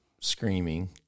screaming